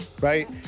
right